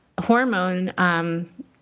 hormone